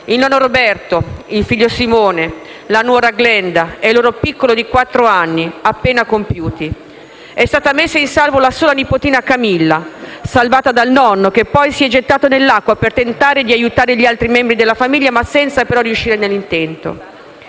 il nonno Roberto, il figlio Simone, la nuora Glenda e il loro piccolo di quattro anni appena compiuti. È stata messa in salvo la sola nipotina Camilla, salvata dal nonno, che poi si è gettato nell'acqua per tentare di aiutare gli altri membri della famiglia, senza però riuscire nell'intento.